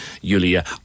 Yulia